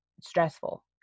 stressful